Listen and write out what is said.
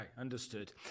Understood